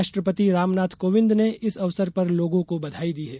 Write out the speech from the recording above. राष्ट्रपति रामनाथ कोविन्द ने इस अवसर पर लोगों को बधाई दी है